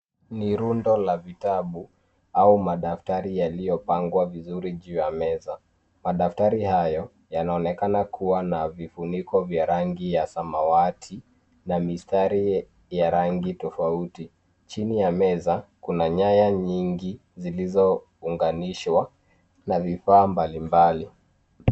Ni rundo la vitabu au madaftari yaliyopangwa vizuri juu ya meza. Madaftari hayo yanaonekana kuwa na vifuniko vya rangi ya samawati na mistari ya rangi tofauti. Chini ya meza, kuna nyaya nyingi zilizounganishwa na vifaa mbalimbali.